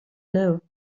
know